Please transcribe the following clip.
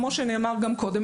כמו שנאמר קודם,